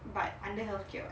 but under healthcare [what]